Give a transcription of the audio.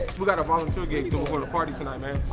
we gotta volunteer gate, doing for the party tonight man.